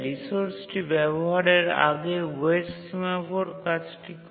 রিসোর্সটি ব্যবহারের আগে ওয়েট সিমফোর কাজটি করে